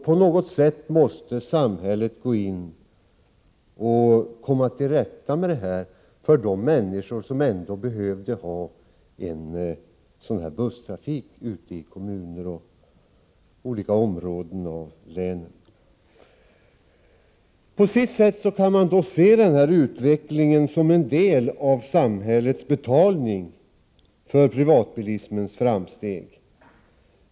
På något sätt måste samhället komma till rätta med detta problem för de människor som behövde ha busstrafik ute i län, kommuner och olika områden. På sitt sätt kan man se denna utveckling som en del av samhällets betalning för privatbilismens framsteg.